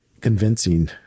convincing